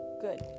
good